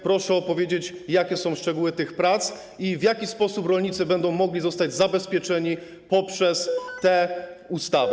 Proszę opowiedzieć, jakie są szczegóły tych prac i w jaki sposób rolnicy będą mogli zostać zabezpieczeni poprzez tę ustawę.